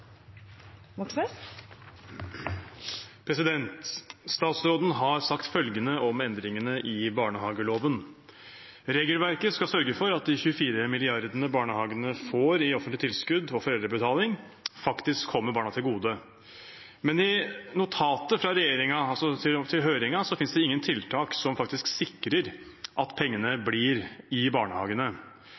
Statsråden har sagt følgende om endringene i barnehageloven: «Regelverket skal sørge for at de 24 milliardene barnehagene får i offentlige tilskudd og foreldrebetaling faktisk kommer barna til gode». Men i notatet fra regjeringen til høringen finnes det ingen tiltak som faktisk sikrer at pengene blir i barnehagene.